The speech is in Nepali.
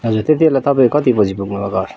हजुर त्यति बेला तपाईँ कतिबजी पुग्नुभयो घर